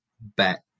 bet